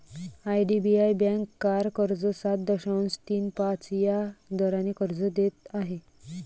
IDBI bank car कर्ज सात दशांश तीन पाच या दराने कर्ज देत आहे